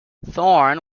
thorn